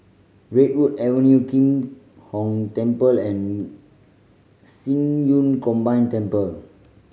Redwood Avenue Kim Hong Temple and Yun Combined Temple